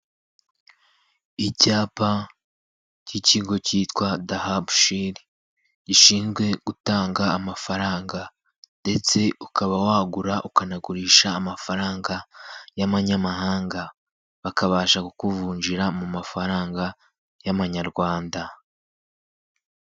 Icyapa cy'ikigo cyitwa dahabushiri gishinzwe gutanga amafaranga ndetse ukaba wagura ukanagurisha amafaranga y'amanyamahanga bakabasha kukuvunjira mu mafaranga y'amanyarwanda.